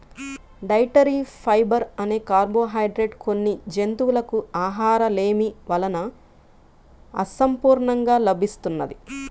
dietary fibre అనే carbohydrate కొన్ని జంతువులకు ఆహారలేమి వలన అసంపూర్ణంగా లభిస్తున్నది